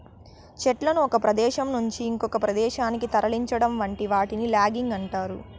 చెట్లను ఒక ప్రదేశం నుంచి ఇంకొక ప్రదేశానికి తరలించటం వంటి వాటిని లాగింగ్ అంటారు